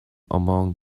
among